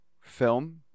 film